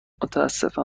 متاسفم